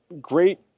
great